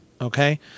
Okay